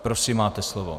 Prosím máte slovo.